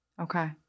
Okay